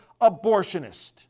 abortionist